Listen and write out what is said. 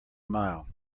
mile